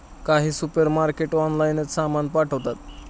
काही सुपरमार्केट ऑनलाइनच सामान पाठवतात